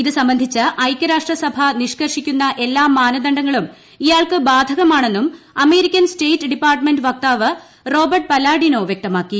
ഇത് സംബന്ധിച്ച് ഐക്യരാഷ്ട്ര സഭ നിഷ്കർഷിക്കുന്ന എല്ലാ മാനദണ്ഡങ്ങളും ഇയാൾക്ക് ബാധകമാണെന്നും അമേരിക്കൻ സ്റ്റേറ്റ് ഡിപ്പാർട്ടമെന്റ് വക്താവ് റോബർട്ട് പല്ലാഡിനോ വ്യക്തമാക്കി